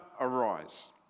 arise